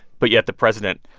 but yet, the president,